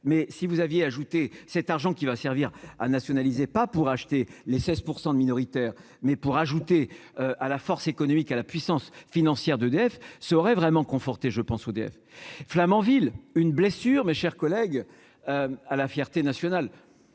mais si vous aviez ajouté cet argent qui va servir à nationaliser pas pour acheter les 16 % de minoritaires mais pour ajouter à la force économique à la puissance financière d'EDF serait vraiment conforté je pense EDF Flamanville, une blessure, mes chers collègues à la fierté nationale,